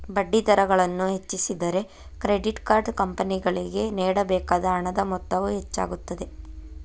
ಬಡ್ಡಿದರಗಳನ್ನು ಹೆಚ್ಚಿಸಿದರೆ, credit card ಕಂಪನಿಗಳಿಗೆ ನೇಡಬೇಕಾದ ಹಣದ ಮೊತ್ತವು ಹೆಚ್ಚಾಗುತ್ತದೆ